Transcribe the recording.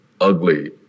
ugly